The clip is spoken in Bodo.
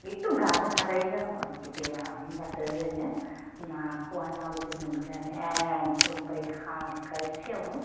एकदम गानो हालायै जानांगौ आरो दैया होमबासो जोङो नाखौहाय माबायदि मोनगोन एकदमबारि हाग्रा एसेयावनो